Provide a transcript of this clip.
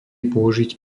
použiť